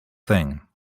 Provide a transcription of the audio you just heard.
thing